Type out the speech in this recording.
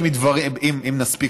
אם נספיק,